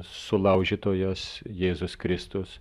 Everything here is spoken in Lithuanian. sulaužytojas jėzus kristus